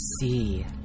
see